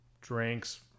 drinks